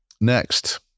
next